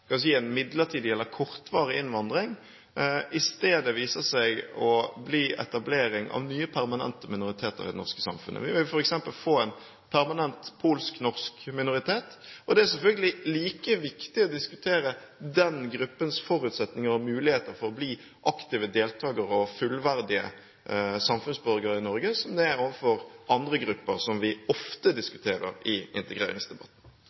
midlertidig eller kortvarig innvandring, i stedet viser seg å bli etablering av nye permanente minoriteter i det norske samfunnet. Vi vil f.eks. få en permanent polsk-norsk minoritet, og det er selvfølgelig like viktig å diskutere den gruppens forutsetninger og muligheter for å bli aktive deltakere og fullverdige samfunnsborgere i Norge som det er for andre grupper som vi ofte diskuterer i integreringsdebatten.